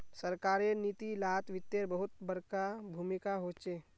सरकारेर नीती लात वित्तेर बहुत बडका भूमीका होचे